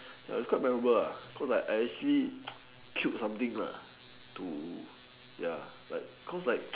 ya it's quite memorable lah cause I I actually killed something lah to ya like cause like